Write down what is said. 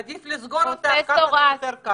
עדיף לסגור אותך, זה יותר קל.